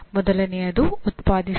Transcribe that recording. ಮೊದಲನೆಯದು ಉತ್ಪಾದಿಸು